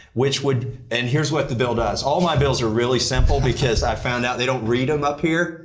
which would and here's what the bill does. all my bills are really simple because i found out they don't read them up here.